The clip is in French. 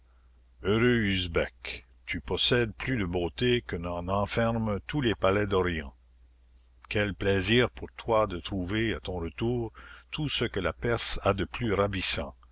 heureux usbek tu possèdes plus de beautés que n'en enferment tous les palais d'orient quel plaisir pour toi de trouver à ton retour tout ce que la perse a de plus ravissant